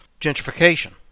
Gentrification